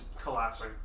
collapsing